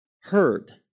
heard